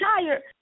tired